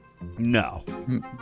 No